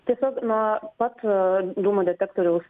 tiesiog nuo pat dūmų detektoriaus